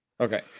okay